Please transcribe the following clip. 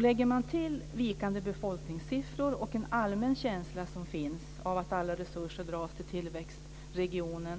Lägger man till vikande befolkningsiffror och en allmän känsla som finns av att alla resurser dras till tillväxtregioner